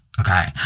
Okay